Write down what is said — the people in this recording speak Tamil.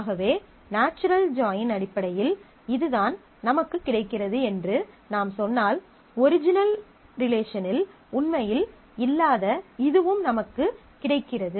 ஆகவே நாச்சுரல் ஜாயின் அடிப்படையில் இதுதான் நமக்குக் கிடைக்கிறது என்று நாம் சொன்னால் ஒரிஜினல் ரிலேஷனில் உண்மையில் இல்லாத இதுவும் நமக்குக் கிடைக்கிறது